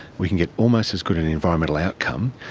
we can get almost as good an environmental outcome,